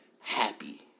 happy